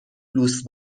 لوس